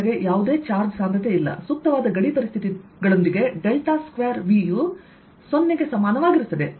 ಒಳಗೆ ಯಾವುದೇ ಚಾರ್ಜ್ ಸಾಂದ್ರತೆ ಇಲ್ಲ ಸೂಕ್ತವಾದ ಗಡಿಪರಿಸ್ಥಿತಿಗಳೊಂದಿಗೆ ಡೆಲ್ಟಾಸ್ಕ್ವೇರ್ V ಯು 0 ಗೆ ಸಮಾನವಾಗಿರುತ್ತದೆ